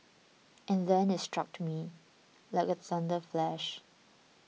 and then it struck me like a thunder flash